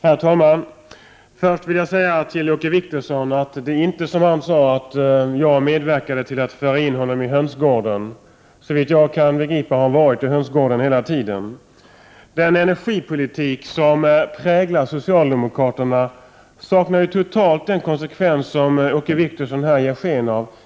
Herr talman! Först vill jag säga till Åke Wictorsson att det inte är som han sade, att jag medverkade till att föra in honom i hönsgården. Såvitt jag kan begripa har han varit i hönsgården hela tiden. Den energipolitik som präglar socialdemokraterna saknar totalt den konsekvens som Åke Wictorsson här ger sken av.